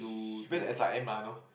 he went S_I_M ah I know